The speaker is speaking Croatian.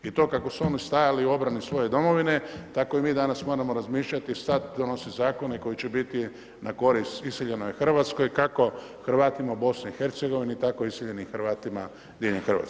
I to kako su oni stajali u obrani svoje domovine, tako i mi danas moramo razmišljati sad donosit zakone koji će biti na korist iseljenoj Hrvatskoj, kako Hrvatima u BiH, tako iseljenim Hrvatima diljem Hrvatske.